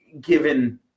given –